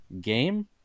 game